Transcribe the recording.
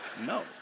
No